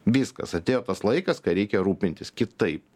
viskas atėjo tas laikas kai reikia rūpintis kitaip